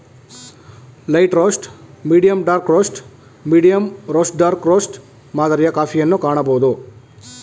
light roast, medium dark roast, medium roast dark roast ಮಾದರಿಯ ಕಾಫಿಯನ್ನು ಕಾಣಬೋದು